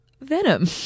venom